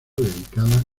dedicada